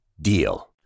DEAL